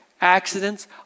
accidents